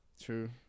True